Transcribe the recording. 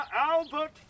Albert